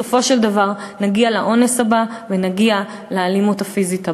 בסופו של דבר נגיע לאונס הבא ונגיע לאלימות הפיזית הבאה.